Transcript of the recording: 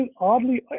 oddly